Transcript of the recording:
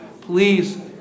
please